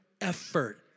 effort